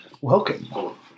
welcome